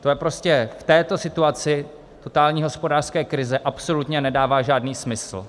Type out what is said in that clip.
To prostě v této situaci totální hospodářské krize absolutně nedává žádný smysl.